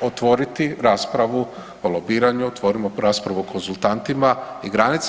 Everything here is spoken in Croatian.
otvoriti raspravu o lobiranju, otvorimo raspravu o konzultantima i granice.